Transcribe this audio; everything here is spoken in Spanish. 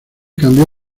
cambio